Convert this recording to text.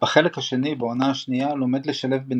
בחלק השני בעונה השנייה לומד לשלב בין